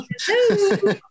Hello